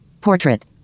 Portrait